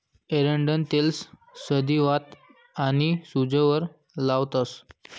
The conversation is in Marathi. एरंडनं तेल संधीवात आनी सूजवर लावतंस